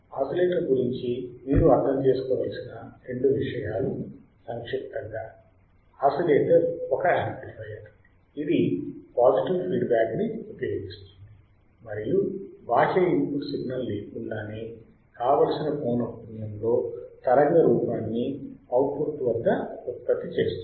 oscillator గురించి మీరు అర్థం చేసుకోవలసిన రెండు విషయాలు సంక్షిప్తంగా ఆసిలేటర్ ఒక యాంప్లిఫైయర్ ఇది పాజిటివ్ ఫీడ్ బ్యాక్ ని ఉపయోగిస్తుంది మరియు బాహ్య ఇన్ పుట్ సిగ్నల్ లేకుండానే కావలసిన పౌనఃపున్యంలో తరంగ రూపాన్ని అవుట్పుట్ వద్ద ఉత్పత్తి చేస్తుంది